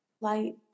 light